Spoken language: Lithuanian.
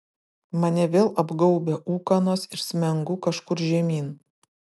mane vėl apgaubia ūkanos ir smengu kažkur žemyn